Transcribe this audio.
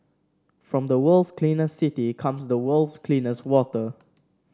from the world's cleanest city comes the world's cleanest water